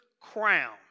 crown